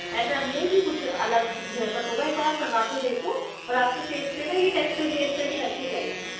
ऐसा नहीं है कि कुछ अलग हेयर कट होगा एक बार आप करवा के देखो और आपके फैस पे ना ये टेक्स्चर हेयर स्टाइलिंग अच्छी जाएगी